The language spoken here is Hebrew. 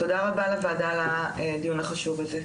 תודה רבה לוועדה על הדיון החשוב הזה.